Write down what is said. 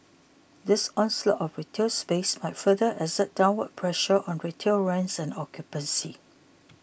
this onslaught of retail space might further exert downward pressure on retail rents and occupancy